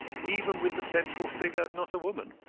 even with the central figure not a woman.